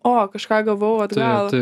o kažką gavau atgal